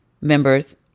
members